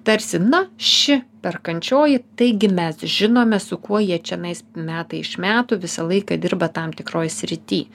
tarsi na ši perkančioji taigi mes žinome su kuo jie čionais metai iš metų visą laiką dirba tam tikroj srity